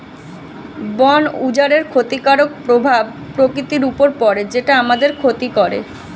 বন উজাড়ের ক্ষতিকারক প্রভাব প্রকৃতির উপর পড়ে যেটা আমাদের ক্ষতি করে